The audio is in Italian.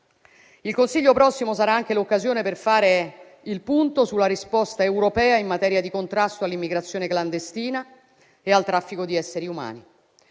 Il Consiglio prossimo sarà anche l'occasione per fare il punto sulla risposta europea in materia di contrasto all'immigrazione clandestina e al traffico di esseri umani,